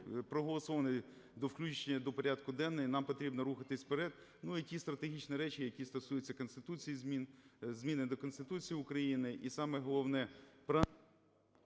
проголосований до включення до порядку денного, і нам потрібно рухатися вперед, ну, і ті стратегічні речі, які стосуються зміни до Конституції Україні, і саме головне…